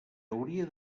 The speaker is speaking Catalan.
hauria